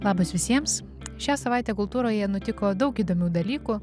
labas visiems šią savaitę kultūroje nutiko daug įdomių dalykų